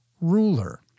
ruler